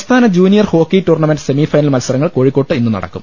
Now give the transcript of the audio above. സംസ്ഥാന junior hockey tournament semi final മത്സരങ്ങൾ കോഴിക്കോട്ട് ഇന്ന് നടക്കും